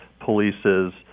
polices